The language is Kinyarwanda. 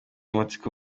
amatsiko